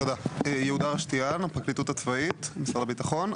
יהודה רשתיאן, מהפרקליטות הצבאית במשרד הביטחון.